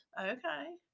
okay